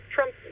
Trump